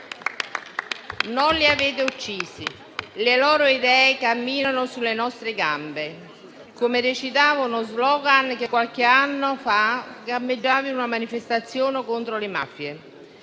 «Non li avete uccisi: le loro idee camminano sulle nostre gambe», come recitava uno *slogan* che qualche anno fa campeggiava in una manifestazione contro le mafie.